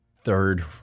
third